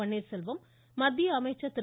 பன்னீர்செல்வம் மத்திய அமைச்சர் திரு